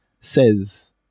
says